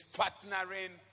partnering